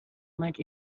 much